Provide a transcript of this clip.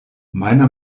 meiner